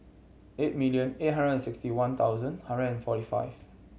eight million eight hundred and sixty one thousand hundred and forty five